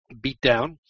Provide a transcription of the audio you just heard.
beatdown